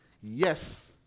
Yes